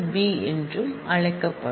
b என்றும் அழைக்கப்படும்